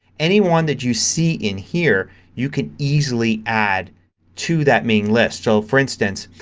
anyone that you see in here you can easily add to that main list. so, for instance,